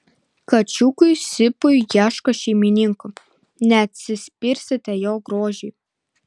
kačiukui sipui ieško šeimininkų neatsispirsite jo grožiui